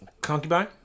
concubine